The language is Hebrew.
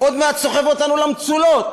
עוד מעט סוחב אותנו למצולות,